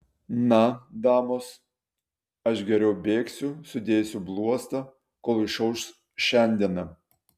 na damos aš geriau bėgsiu sudėsiu bluostą kol išauš šiandiena